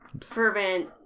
fervent